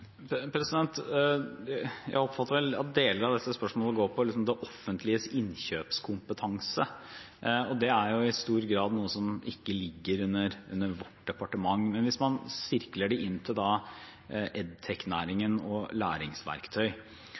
Jeg oppfatter vel at deler av dette spørsmålet går på det offentliges innkjøpskompetanse, og det er i stor grad noe som ikke ligger under mitt departement. Men hvis man sirkler det inn til EdTech-næringen og læringsverktøy,